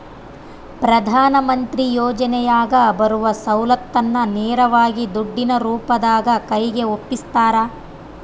ಪ್ರಧಾನ ಮಂತ್ರಿ ಯೋಜನೆಯಾಗ ಬರುವ ಸೌಲತ್ತನ್ನ ನೇರವಾಗಿ ದುಡ್ಡಿನ ರೂಪದಾಗ ಕೈಗೆ ಒಪ್ಪಿಸ್ತಾರ?